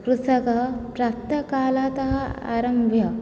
कृषकः प्रातःकालतः आरभ्य